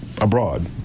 Abroad